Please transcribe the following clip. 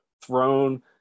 thrown